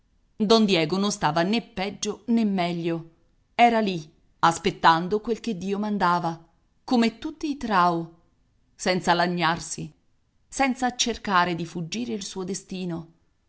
don diego non stava né peggio né meglio era lì aspettando quel che dio mandava come tutti i trao senza lagnarsi senza cercare di fuggire il suo destino